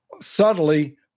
subtly